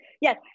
yes